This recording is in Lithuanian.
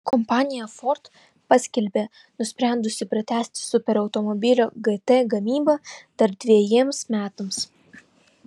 kompanija ford paskelbė nusprendusi pratęsti superautomobilio gt gamybą dar dvejiems metams